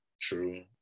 True